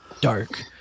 Dark